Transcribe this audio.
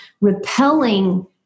repelling